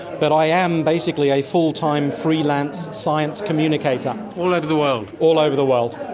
but i am basically a full-time freelance science communicator. all over the world. all over the world.